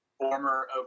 Former